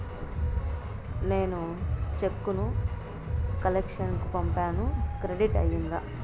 నేను చెక్కు ను కలెక్షన్ కు పంపాను క్రెడిట్ అయ్యిందా